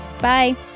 Bye